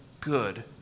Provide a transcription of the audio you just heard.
good